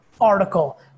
article